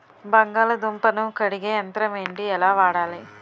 బంగాళదుంప ను కడిగే యంత్రం ఏంటి? ఎలా వాడాలి?